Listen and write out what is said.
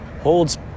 holds